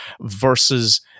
versus